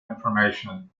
information